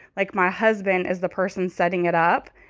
like, my husband is the person setting it up,